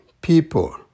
people